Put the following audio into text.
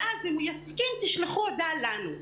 ואם הוא יסכים תשלחו הודעה לנו.